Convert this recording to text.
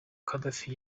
gaddafi